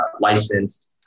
licensed